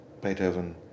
Beethoven